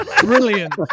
brilliant